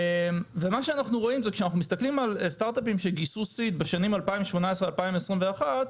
כשאנחנו מסתכלים על סטארטאפים שגייסו Seed בשנים 2018 2021,